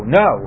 no